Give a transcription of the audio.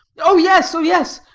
oh yes, oh yes,